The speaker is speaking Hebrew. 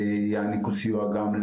טיבי הבטיח שהוא יעזור לנו של כל הבנקים.